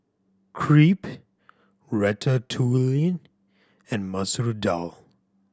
Crepe Ratatouille and Masoor Dal